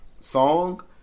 song